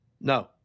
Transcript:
No